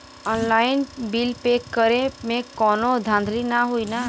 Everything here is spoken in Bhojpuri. ऑनलाइन बिल पे करे में कौनो धांधली ना होई ना?